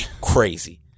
crazy